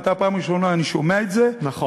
פעם ראשונה אני שומע את זה, נכון.